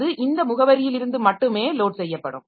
அது இந்த முகவரியிலிருந்து மட்டுமே லோட் செய்யப்படும்